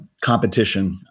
competition